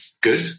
good